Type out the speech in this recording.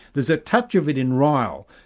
there's a touch of it in ryle,